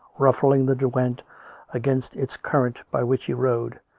ruffling the derwent against its current, by which he rode,